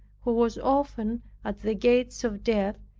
who was often at the gates of death,